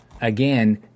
again